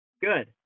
Good